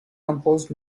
composed